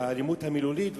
באלימות המילולית,